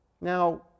Now